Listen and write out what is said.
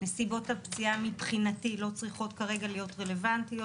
נסיבות הפציעה מבחינתי לא צריכות כרגע להיות רלוונטיות.